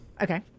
Okay